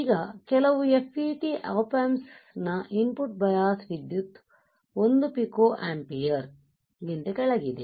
ಈಗ ಕೆಲವು FET op ಆಂಪ್ಸ್ನ ಇನ್ಪುಟ್ ಬಯಾಸ್ ವಿದ್ಯುತ್ 1 ಪಿಕೋ ಆಂಪಿಯೆರ್ ಗಿಂತ ಕೆಳಗಿದೆ